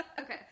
Okay